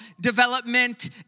development